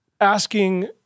asking